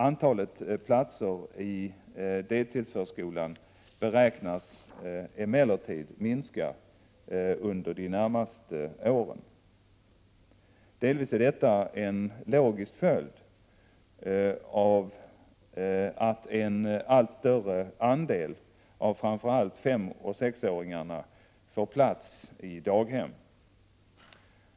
Antalet platser i deltidsförskolan beräknas emellertid minska under de närmaste åren. Delvis är detta en logisk följd av att en allt större andel av framför allt femoch sexåringarna får plats i daghem.